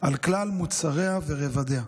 על כלל מוצריה ורבדיה.